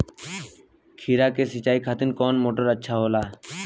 खीरा के सिचाई खातिर कौन मोटर अच्छा होला?